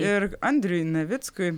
ir andriui navickui